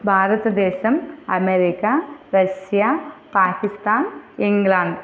Bharatadesam America Russia Pakistan England